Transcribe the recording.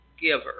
giver